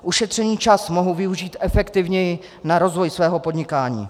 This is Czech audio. Ušetřený čas mohou využít efektivněji na rozvoj svého podnikání.